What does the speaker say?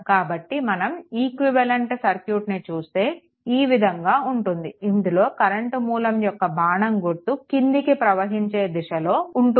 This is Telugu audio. కాబట్టి మనం ఈక్వివలెంట్ సర్క్యూట్నిచూస్తే ఈ విధంగా ఉంటుంది ఇందులో కరెంట్ మూలం యొక్క బాణం గుర్తు క్రిందికి ప్రవహించే దిశలో ఉంటుంది